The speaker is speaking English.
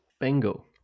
bingo